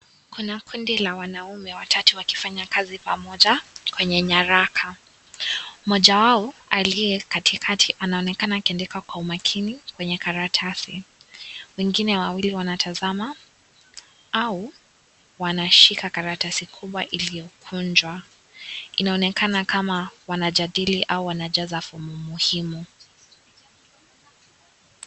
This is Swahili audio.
Kuna kundi la wanaume watatu wakifanya kazi pamoja kwenye nyaraka. Mmoja wao aliye katikati anaonekana akiandika kwa umakini kwenye karatasi. Wengine wawili wanatazama au wanashika karatasi kubwa iliyokunjwa. Inaonekana kama wanajadili ama wanajaza fomu muhimu.